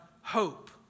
hope